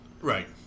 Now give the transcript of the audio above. Right